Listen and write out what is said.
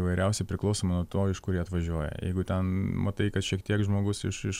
įvairiausių priklausomai nuo to iš kur jie atvažiuoja jeigu ten matai kad šiek tiek žmogus iš iš